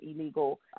illegal